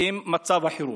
עם מצב החירום.